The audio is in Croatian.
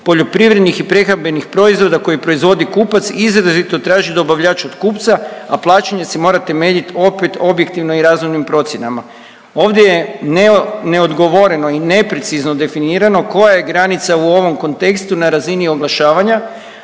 poljoprivrednih i prehrambenih proizvoda koje proizvodi kupac izrazito traži dobavljač od kupca, a plaćanje se mora temeljiti, opet objektivno i razumnim procjenama. Ovdje ne neodgovoreno i neprecizno definirano koja je granica u ovom kontekstu na razini oglašavanja,